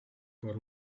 para